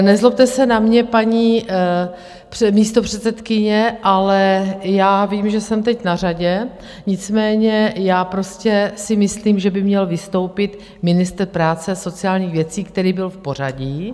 Nezlobte se na mě, paní místopředsedkyně, ale já vím, že jsem teď na řadě, nicméně já prostě si myslím, že by měl vystoupit ministr práce a sociálních věcí, který byl v pořadí.